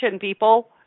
people